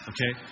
Okay